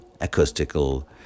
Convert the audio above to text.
acoustical